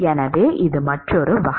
எனவே இது மற்றொரு வகை